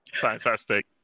Fantastic